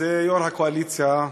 זה יושב-ראש הקואליציה,